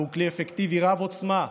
והוא כלי אפקטיבי רב-עוצמה,